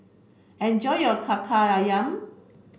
enjoy your Kaki Ayam